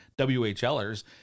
WHLers